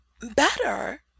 better